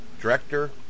director